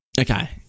Okay